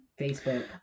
Facebook